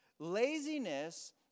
Laziness